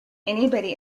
anybody